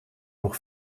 nog